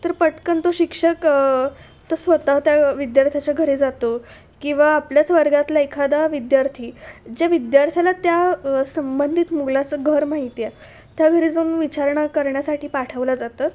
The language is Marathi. तर पटकन तो शिक्षक त स्वतः त्या विद्यार्थ्याच्या घरी जातो किंवा आपल्याच वर्गातला एखादा विद्यार्थी ज्या विद्यार्थ्याला त्या संबंधित मुलाचं घर माहीत आहे त्या घरी जाऊन विचारणा करण्यासाठी पाठवलं जातं